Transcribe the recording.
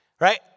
right